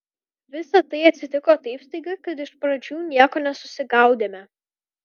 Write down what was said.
visa tai atsitiko taip staiga kad iš pradžių nieko nesusigaudėme